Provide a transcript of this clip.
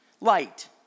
light